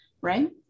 right